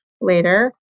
later